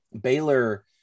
Baylor